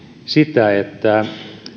sitä että